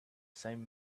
same